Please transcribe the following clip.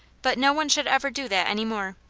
but no one should ever do that any more.